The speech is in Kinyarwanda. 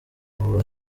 ubu